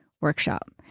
workshop